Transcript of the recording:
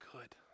good